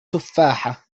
تفاحة